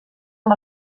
amb